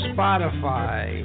Spotify